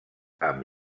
amb